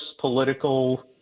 political